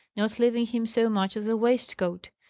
not leaving him so much as a waistcoat,